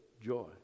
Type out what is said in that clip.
joy